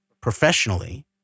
professionally